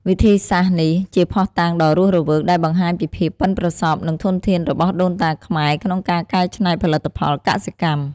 វិធីសាស្ត្រនេះជាភស្តុតាងដ៏រស់រវើកដែលបង្ហាញពីភាពប៉ិនប្រសប់ និងធនធានរបស់ដូនតាខ្មែរក្នុងការកែច្នៃផលិតផលកសិកម្ម។